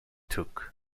took